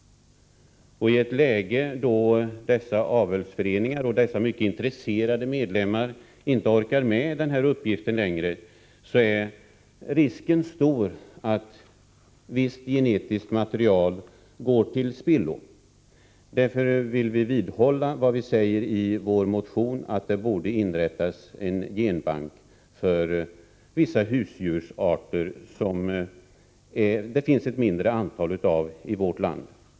I ett läge då avelsföreningarna och deras mycket intresserade medlemmar inte orkar med sin uppgift längre är risken stor att visst genetiskt material går till spillo. Därför vidhåller vi vad vi säger i vår motion: Det borde inrättas en genbank för vissa husdjursarter som det finns ett mindre antal av i vårt land.